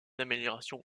améliorations